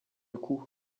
coup